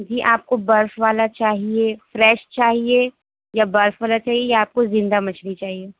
جی آپ کو برف والا چاہیے فریش چاہیے یا برف والا چاہیے یا آپ کو زندہ مچھلی چاہیے